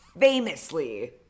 famously